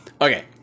Okay